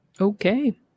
Okay